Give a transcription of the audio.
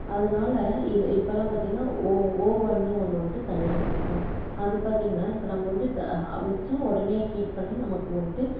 அதனால் இதை இப்போல்லாம் பார்த்தீங்கன்னா ஓ ஓவன்னு ஒன்று வந்துட்டு தனியாக வச்சிருக்காங்கள் அது பார்த்தீங்கன்னா இப்போ நம்ம வந்துட்டு வச்சால் உடனே ஹீட் பண்ணி நமக்கு வந்துட்டு